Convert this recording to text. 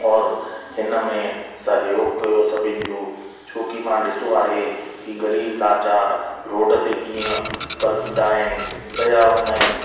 और हिन में सहयोग कयो सभिनि जो छोकी मां ॾिसो आहे कि ग़रीब लाचार रोड ते कीअं कल्पदा आहिनि पिया हूंदा आहिनि